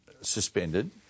suspended